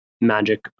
magic